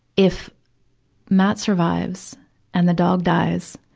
if matt survives and the dog dies,